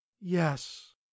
Yes